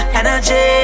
energy